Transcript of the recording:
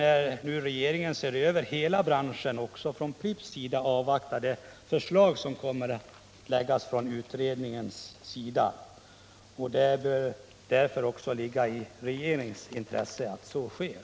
När nu regeringen ser över hela branschen bör man från Pripps sida avvakta de förslag som kan komma att läggas av utredningen. Det bör också ligga i regeringens intresse att så sker.